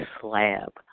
slab